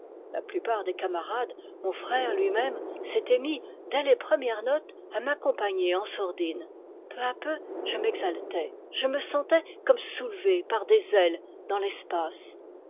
la plupart des camarades mon frère lui-même s'étaient mis dès les premières notes à m'ac compagner en sourdine peu à peu je m'exaltai je me sentais comme soulevé par des ailes dans l'espace